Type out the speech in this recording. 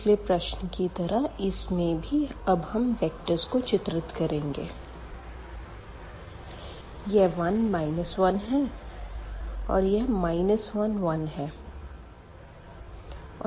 पिछले प्रश्न की तरह इसमें भी अब हम वेक्टर्ज़ को चित्रित करेंगे यह 1 1 है और यह 1 1 है